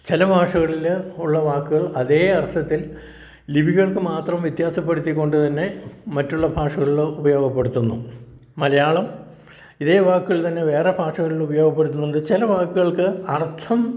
ചില ഭാഷകളിൽ ഉള്ള വാക്ക് അതേ അർത്ഥത്തിൽ ലിപികൾക്ക് മാത്രം വ്യത്യാസപ്പെടുത്തിക്കൊണ്ട് തന്നെ മറ്റുള്ള ഭാഷകളിൽ ഉപയോഗപ്പെടുത്തുന്നു മലയാളം ഇതേ വാക്കുകൾ തന്നെ വേറെ ഭാഷകളിൽ ഉപയോഗപ്പെടുത്തുന്നത് കൊണ്ട് ചില വാക്കുകൾക്ക് അർത്ഥം